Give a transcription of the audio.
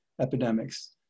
epidemics